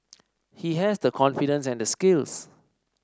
he has the confidence and the skills